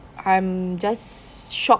I'm just shock